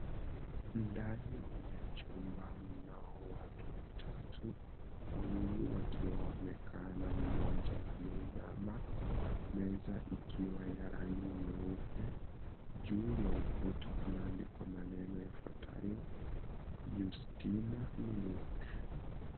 Ndani ya chumba mnao watu watatu, wawili wakiwa wamekaa na mmoja ameinama, meza ikiwa ya rangi nyeupe. Juu ya ukuta kumeandikwa maneno yafuatayo, "YUSTINA MILK".